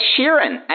Sheeran